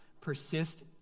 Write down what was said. Persist